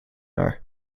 are